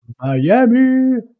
Miami